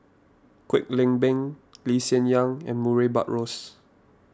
Kwek Leng Beng Lee Hsien Yang and Murray Buttrose